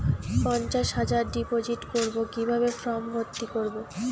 পঞ্চাশ হাজার ডিপোজিট করবো কিভাবে ফর্ম ভর্তি করবো?